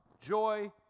joy